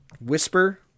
Whisper